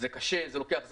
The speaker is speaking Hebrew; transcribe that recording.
זה קשה, זה לוקח זמן.